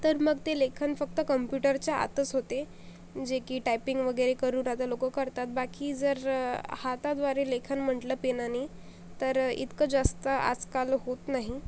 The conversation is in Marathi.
तर मग ते लेखन फक्त कम्प्युटरच्या आतच होते जे की टायपिंग वगैरे करून आता लोकं करतात बाकी जर हाताद्वारे लेखन म्हटलं पेनानी तर इतकं जास्त आजकाल होत नाही